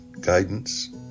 guidance